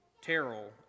Terrell